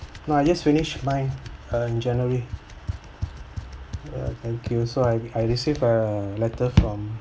no I just finished mine uh in january err thank you so I I received a letter from